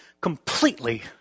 completely